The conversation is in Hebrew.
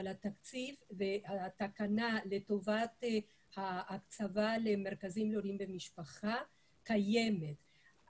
אבל התקנה לטובת הקצבה למרכזים להורים ומשפחה קיימת,